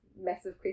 massive